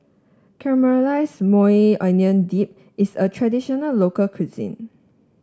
Caramelized Maui Onion Dip is a traditional local cuisine